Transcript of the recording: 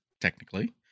technically